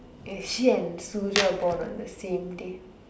if she and Sulia are born on the same day